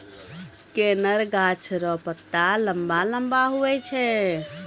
कनेर गाछ रो पत्ता लम्बा लम्बा हुवै छै